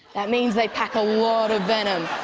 that means they pack a lot of venom.